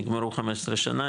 נגמרו 15 שנה,